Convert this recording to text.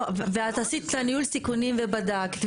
ואת עשית את ניהול סיכונים ובדקת.